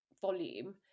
volume